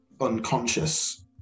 unconscious